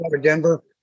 Denver